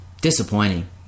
disappointing